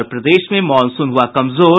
और प्रदेश में मॉनसून हुआ कमजोर